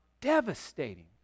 devastating